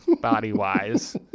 body-wise